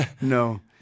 No